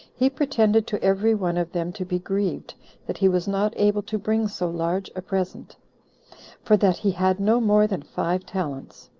he pretended to every one of them to be grieved that he was not able to bring so large a present for that he had no more than five talents.